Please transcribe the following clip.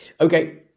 Okay